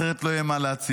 אחרת לא יהיה מה להציל.